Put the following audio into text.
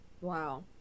wow